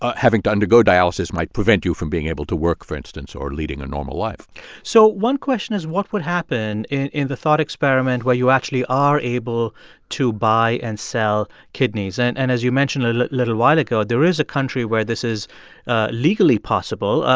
ah having to undergo dialysis might prevent you from being able to work, for instance, or leading a normal life so one question is what would happen in in the thought experiment where you actually are able to buy and sell kidneys? and and as you mentioned a little little while ago, there is a country where this is ah legally possible.